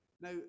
now